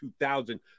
2000